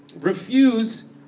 Refuse